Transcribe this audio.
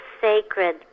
sacred